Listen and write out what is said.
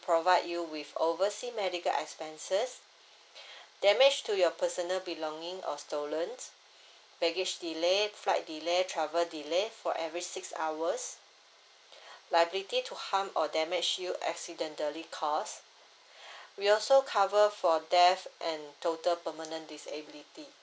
provide you with oversea medical expenses damage to your personal belonging or stolens baggage delay flight delay travel delay for every six hours liability to harm or damage due accidentally caused we also cover for death and total permanent disability